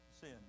sin